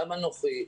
גם אנוכי.